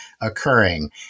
occurring